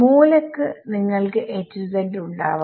മൂലക്ക് നിങ്ങൾക്ക് ഉണ്ടാവാം